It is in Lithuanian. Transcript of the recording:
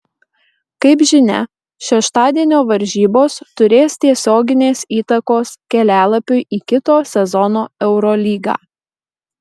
kaip žinia šeštadienio varžybos turės tiesioginės įtakos kelialapiui į kito sezono eurolygą